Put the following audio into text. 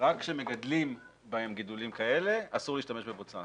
כאשר מגדלים בהם גידולים כאלה, אסור להשתמש בבוצה.